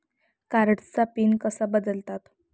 कार्डचा पिन कसा बदलतात?